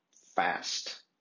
fast